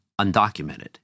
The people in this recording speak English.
undocumented